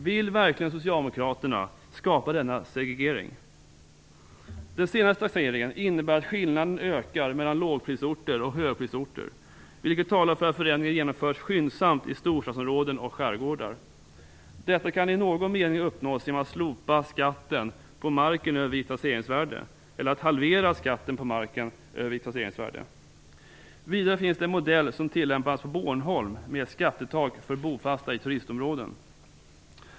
Vill socialdemokraterna verkligen skapa denna segregering? Den senaste taxeringen innebär att skillnaderna ökar mellan lågprisorterna och högprisorter, vilket talar för att förändringar genomförs skyndsamt i storstadsområden och skärgårdar. Detta kan i någon mening uppnås genom att man slopar skatten på marken över visst taxeringsvärde eller halverar skatten på marken över visst taxeringsvärde. Vidare finns det en modell som tillämpas på Bornholm med ett skattetak för bofasta i turistområden.